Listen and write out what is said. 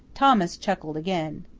thomas chuckled again.